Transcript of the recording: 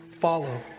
follow